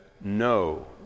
no